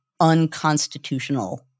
unconstitutional